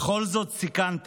בכל זאת סיכנת.